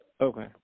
Okay